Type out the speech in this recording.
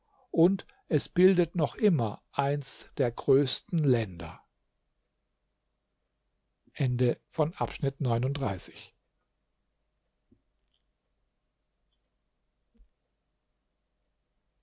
und es bildet noch immer eines der größten länder